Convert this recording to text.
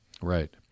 Right